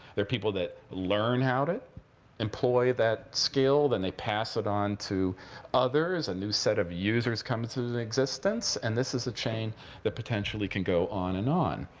there are people that learn how to employ that skill. then they pass it on to others. a new set of users comes into existence. and this is a chain that potentially can go on and on.